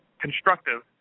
constructive